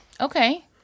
Okay